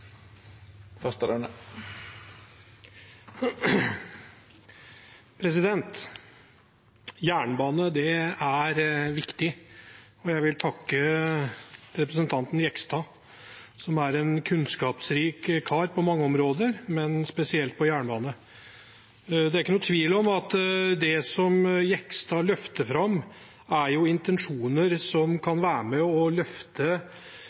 Jernbane er viktig. Jeg vil takke representanten Jegstad, som er en kunnskapsrik kar på mange områder, men spesielt på jernbane. Det er ikke noen tvil om at det som Jegstad løfter fram, er intensjoner som kan være med på å løfte